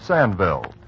Sandville